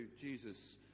Jesus